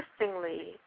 Interestingly